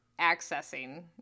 accessing